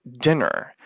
dinner